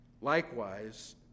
Likewise